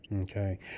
Okay